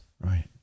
Right